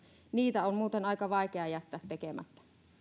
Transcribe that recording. niitä on muuten aika vaikea jättää tekemättä